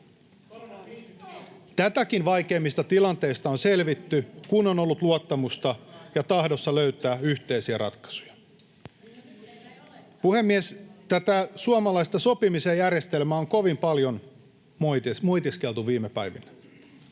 Tätäkin vaikeammista tilanteista on selvitty, kun on ollut luottamusta ja tahtoa löytää yhteisiä ratkaisuja. Puhemies! Tätä suomalaista sopimisen järjestelmää on kovin paljon moitiskeltu viime päivinä.